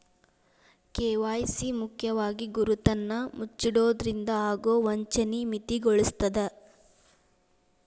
KYC ಮುಖ್ಯವಾಗಿ ಗುರುತನ್ನ ಮುಚ್ಚಿಡೊದ್ರಿಂದ ಆಗೊ ವಂಚನಿ ಮಿತಿಗೊಳಿಸ್ತದ